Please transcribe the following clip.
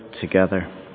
together